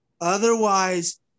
Otherwise